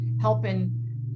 helping